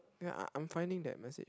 ya I I'm finding that message